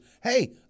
hey